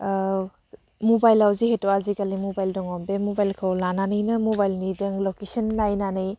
मबाइलयाव जिहेथु आजिखालि मबाइल दङ बे मबाइलखौ लानानैनो मबाइलनि दों लकेसन नायनानै